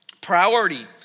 Priority